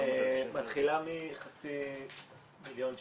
היא מתחילה מחצי מיליון שקל.